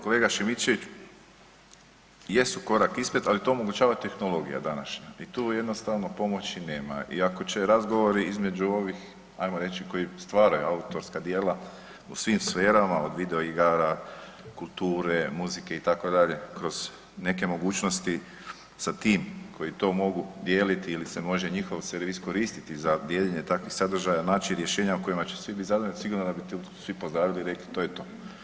Kolega Šimičević, jesu korak ispred, ali to omogućava tehnologija današnja i tu jednostavno pomoći nema i ako će razgovori između ovih, ajmo reći, koji stvaraju autorska djela u svim sferama od video igarara, kulture, muzike itd. kroz neke mogućnosti sa tim koji to mogu dijeliti ili se može njihov servis koristiti za dijeljenje takvih sadržaja naći rješenja u kojima će svi bit zadovoljni sigurno da bi to svi pozdravili i rekli to je to.